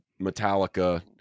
Metallica